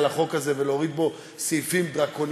מבריקה,